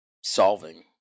solving